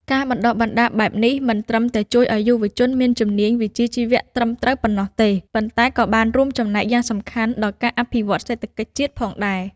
ការបណ្តុះបណ្តាលបែបនេះមិនត្រឹមតែជួយឱ្យយុវជនមានជំនាញវិជ្ជាជីវៈត្រឹមត្រូវប៉ុណ្ណោះទេ ប៉ុន្តែក៏បានរួមចំណែកយ៉ាងសំខាន់ដល់ការអភិវឌ្ឍសេដ្ឋកិច្ចជាតិផងដែរ។